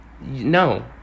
no